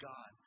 God